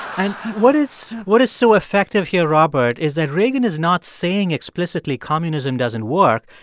and what is what is so effective here, robert, is that reagan is not saying explicitly communism doesn't work.